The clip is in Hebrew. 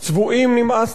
צבועים, נמאסתם.